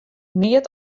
neat